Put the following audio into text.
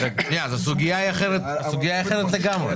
הסוגיה היא אחרת לגמרי.